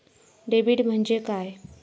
Debit म्हणजे काय?